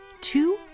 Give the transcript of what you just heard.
Two